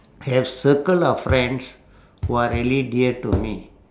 have circle of friends who are really dear to me